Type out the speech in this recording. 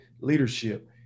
leadership